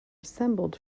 assembled